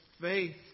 faith